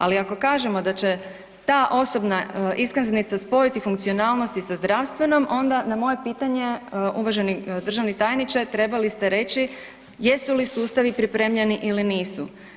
Ali ako kažemo da će ta osobna iskaznica spojiti funkcionalnosti sa zdravstvenom onda na moje pitanje uvaženi državni tajniče trebali ste reći jesu li sustavi pripremljeni ili nisu?